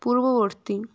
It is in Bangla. পূর্ববর্তী